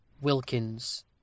Wilkins